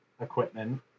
Equipment